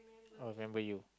oh remember you